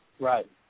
Right